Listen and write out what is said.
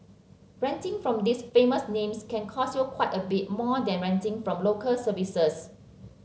renting from these famous names can cost you quite a bit more than renting from Local Services